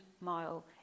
mile